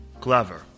Clever